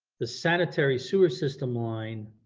the sanitary sewer system line